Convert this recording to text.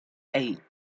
eight